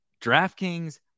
DraftKings